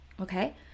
okay